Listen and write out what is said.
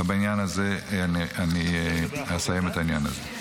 ובעניין הזה אני אסיים את העניין הזה.